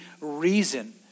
reason